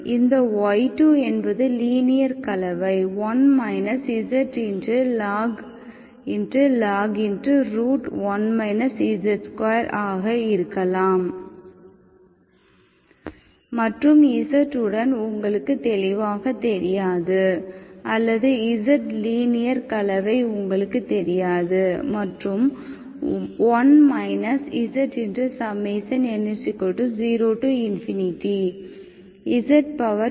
இந்த y2 என்பது linear கலவை 1 zபதிவு 1 z2 ஆக இருக்கலாம் மற்றும் z உடன் உங்களுக்கு தெளிவாக தெரியாது அல்லது z லீனியர் கலவை உங்களுக்குத் தெரியாது மற்றும் 1 zn0z2n12n1